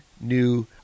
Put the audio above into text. new